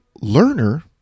learner